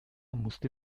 musste